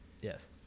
Yes